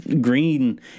Green